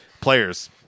Players